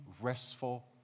restful